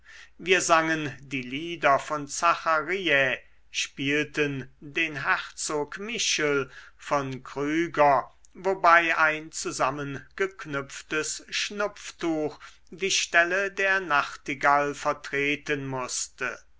wir sangen die lieder von zachariä spielten den herzog michel von krüger wobei ein zusammengeknüpftes schnupftuch die stelle der nachtigall vertreten mußte